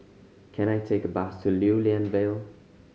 can I take a bus to Lew Lian Vale